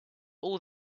all